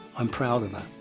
i'm proud of that.